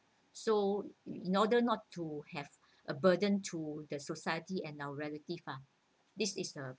so in order not to have a burden to the society and our relatives ah this is a